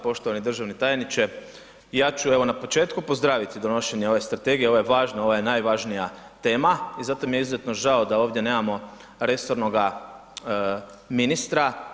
Poštovani državni tajniče, ja ću evo na početku pozdraviti donošenje ove strategije, ovo je važna, ovo je najvažnija tema i zato mi je izuzetno žao da ovdje nemamo resornoga ministra.